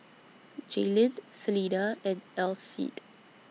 Jaelynn Selina and Alcide